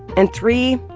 and three,